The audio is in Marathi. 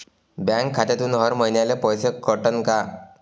बँक खात्यातून हर महिन्याले पैसे कटन का?